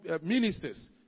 ministers